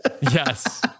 yes